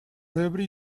every